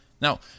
Now